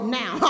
now